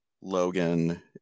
Logan